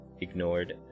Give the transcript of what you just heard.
ignored